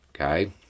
Okay